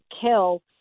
kill